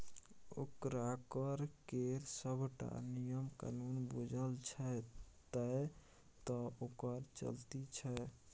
ओकरा कर केर सभटा नियम कानून बूझल छै तैं तँ ओकर चलती छै